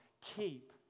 Keep